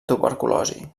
tuberculosi